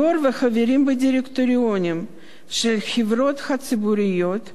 יושב-ראש וחברים בדירקטוריונים של חברות ציבוריות,